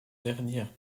dernière